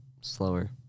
slower